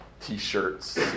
t-shirts